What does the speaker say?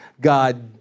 God